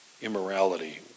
immorality